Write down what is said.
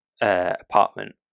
apartment